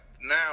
now